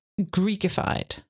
Greekified